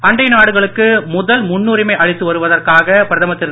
அண்டை நாடுகளுக்கு முதல் முன்னுரிமை அளித்து வருவதற்காக பிரதமர் திரு